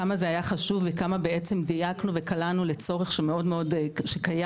כמה זה היה חשוב וכמה בעצם דייקנו וקלענו לצורך שמאוד קיים.